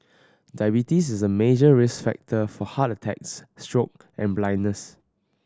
diabetes is a major risk factor for heart attacks stroke and blindness